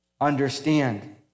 understand